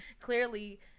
clearly